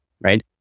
right